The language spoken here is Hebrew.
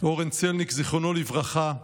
אורן צלניק, זיכרונו לברכה,